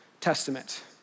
Testament